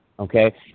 Okay